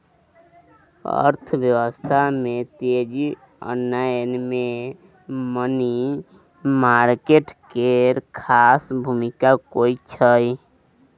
अर्थव्यवस्था में तेजी आनय मे मनी मार्केट केर खास भूमिका होइ छै